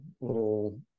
little